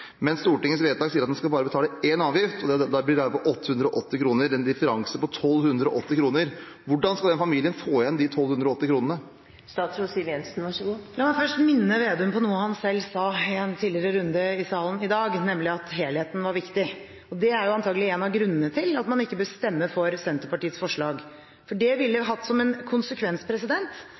det er en differanse på 1 280 kr. Hvordan skal denne familien få igjen de 1 280 kr? La meg først minne representanten Slagsvold Vedum om noe han sa i en tidligere runde i salen i dag, nemlig at helheten var viktig. Det er antakelig en av grunnene til at man ikke vil stemme for Senterpartiets forslag. Det ville hatt som en konsekvens